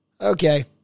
Okay